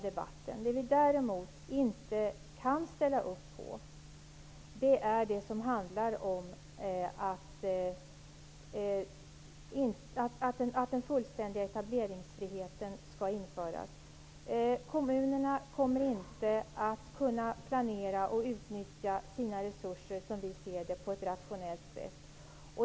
Det vi däremot inte kan ställa upp på -- och det har framgått av debatten -- är att en fullständig etableringsfrihet skall införas. Som vi ser det kommer kommunerna inte att kunna planera och utnyttja sina resurser på ett rationellt sätt.